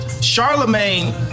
Charlemagne